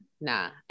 Nah